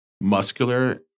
muscular